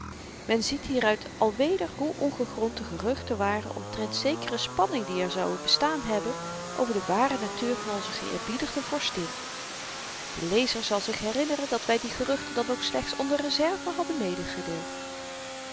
men ziet hieruit alweder hoe ongegrond de geruchten waren omtrent zekere spanning die er zou bestaan hebben over de ware natuur van onze geëerbiedigde vorstin de lezer zal zich herinneren dat wy die geruchten dan ook slechts onder reserve hadden meegedeeld